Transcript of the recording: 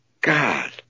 God